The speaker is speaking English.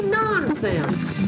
nonsense